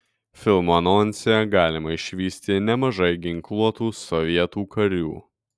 filmo anonse galima išvysti nemažai ginkluotų sovietų karių